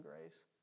grace